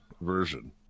version